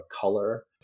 color